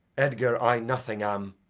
edgar i nothing am.